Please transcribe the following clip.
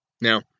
Now